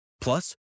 Plus